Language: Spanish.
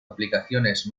aplicaciones